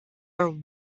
are